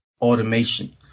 Automation